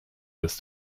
des